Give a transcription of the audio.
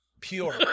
pure